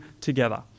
together